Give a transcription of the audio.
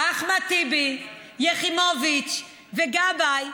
ג'יבריל רג'וב, אחמד טיבי, יחימוביץ וגבאי,